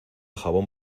jabón